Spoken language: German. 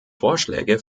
vorschläge